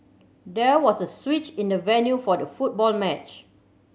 there was a switch in the venue for the football match